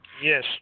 Yes